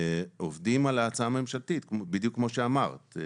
עובדים על ההצעה הממשלתית, בדיוק כמו שאמרת.